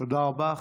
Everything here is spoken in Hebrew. תודה רבה.